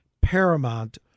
paramount